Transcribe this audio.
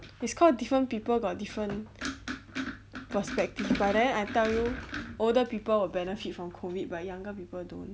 it's called different people got different perspective but then I tell you older people will benefit from COVID but younger people don't